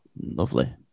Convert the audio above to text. Lovely